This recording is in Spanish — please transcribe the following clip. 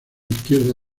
izquierda